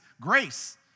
grace